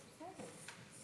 לא